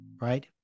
Right